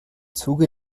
zuge